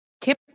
Tip